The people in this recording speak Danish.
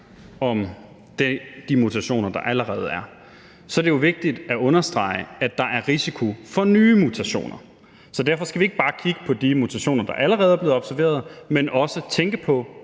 om de mutationer, der allerede er, er det jo vigtigt at understrege, at der er risiko for nye mutationer. Derfor skal vi ikke bare kigge på de mutationer, der allerede er blevet observeret, men også tænke på